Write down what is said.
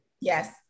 Yes